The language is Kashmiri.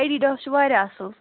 ایٚڈِڈاس چھُ وارِیاہ اَصٕل